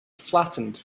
flattened